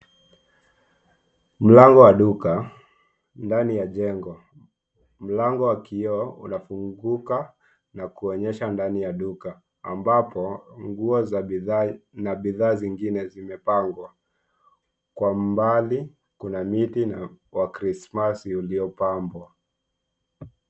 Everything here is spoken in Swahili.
Mlango wa duka, ndani ya jengo. Mlango wa kioo unafunguka na kuonyesha ndani ya duka ambapo nguo na bidhaa zingine zimepangwa. Kwa mbali, kuna miti wa Krismasi uliopambwa.